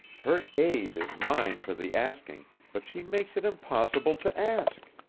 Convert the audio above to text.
her aid is mine for the asking but she makes it impossible to ask!